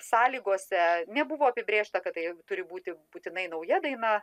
sąlygose nebuvo apibrėžta kad tai turi būti būtinai nauja daina